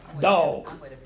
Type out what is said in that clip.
Dog